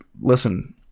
listen